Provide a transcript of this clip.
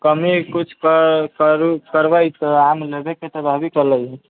कमी कुछ करु करबै तऽ आम लेबयके तऽ रहबे करै